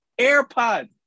AirPods